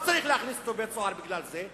לא צריך להכניס אותו לבית-הסוהר בגלל זה,